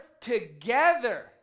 together